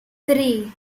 three